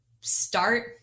start